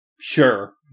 sure